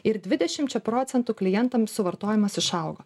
ir dvidešimčia procentų klientam suvartojimas išaugo